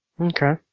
Okay